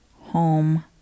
Home